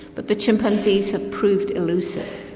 but the chimpanzees have proved elusive.